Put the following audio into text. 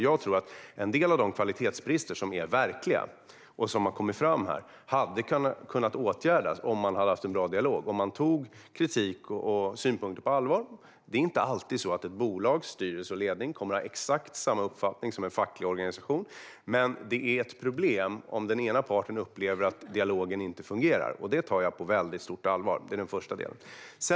Jag tror att en del av de kvalitetsbrister som är verkliga och som har framkommit här hade kunnat åtgärdas om man hade haft en bra dialog och om man hade tagit kritik och synpunkter på allvar. Det är inte alltid som ett bolags styrelse och ledning kommer att ha exakt samma uppfattning som en facklig organisation. Men det är ett problem om den ena parten upplever att dialogen inte fungerar. Det tar jag på mycket stort allvar. Det är den första delen.